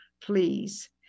please